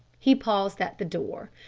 he paused at the door.